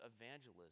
evangelism